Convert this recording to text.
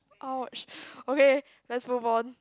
oh okay let's move on